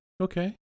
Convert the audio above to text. okay